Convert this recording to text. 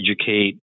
educate